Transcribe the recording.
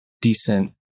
decent